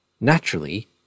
Naturally